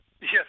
Yes